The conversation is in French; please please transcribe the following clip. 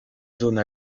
zone